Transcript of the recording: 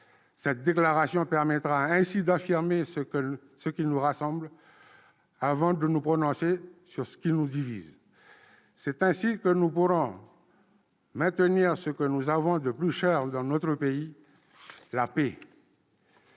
Cette déclaration permettra ainsi d'affirmer ce qui nous rassemble avant de nous prononcer sur ce qui nous divise. C'est ainsi que nous pourrons maintenir ce que nous avons de plus cher dans notre pays : la paix